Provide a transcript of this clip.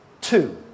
Two